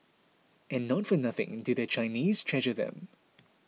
and not for nothing do the Chinese treasure them